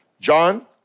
John